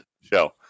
show